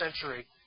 century